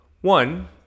One